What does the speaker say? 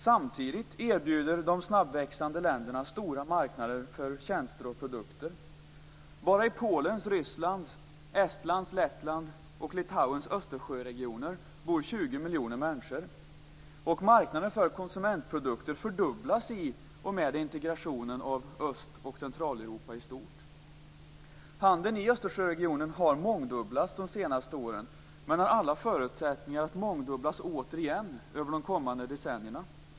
Samtidigt erbjuder de snabbväxande länderna stora marknader för tjänster och produkter. Bara i Polens, Rysslands, Estlands, Lettlands och Litauens Östersjöregioner bor 20 miljoner människor, och marknaden för konsumentprodukter fördubblas i och med integrationen av Öst och Centraleuropa i stort. Handeln i Östersjöregionen har mångdubblats de senaste åren, men har alla förutsättningar att mångdubblas återigen över de kommande decennierna.